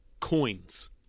coins